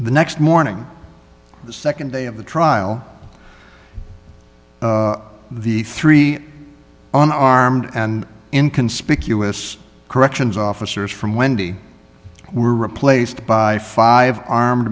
the next morning the nd day of the trial the three on armed and in conspicuous corrections officers from wendy were replaced by five armed